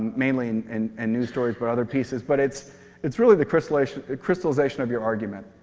mainly in and ah news stories but other pieces. but it's it's really the crystallization crystallization of your argument.